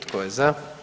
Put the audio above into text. Tko je za?